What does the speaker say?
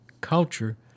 culture